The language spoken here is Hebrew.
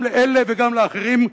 גם אלה וגם לאחרים,